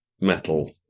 metal